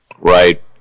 right